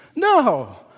No